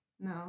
No